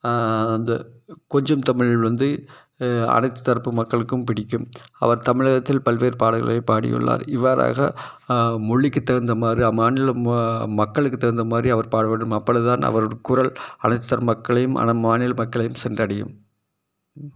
வந்து கொஞ்சும் தமிழ் வந்து அனைத்து தரப்பு மக்களுக்கும் பிடிக்கும் அவர் தமிழகத்தில் பல்வேறு பாடல்களை பாடியுள்ளார் இவ்வாறாக மொழிக்கி தகுந்தமாதிரி அம்மாநில மக்களுக்கு தகுந்தமாதிரி அவர் பாட வேண்டும் அப்பொழுதுதான் அவர் குரல் அனைத்து தரப்பு மக்களையும் அந்த மாநில மக்களையும் சென்றடையும்